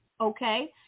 okay